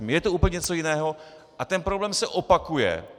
Je to úplně něco jiného a ten problém se opakuje.